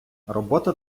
робота